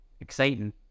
exciting